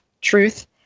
truth